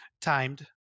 timed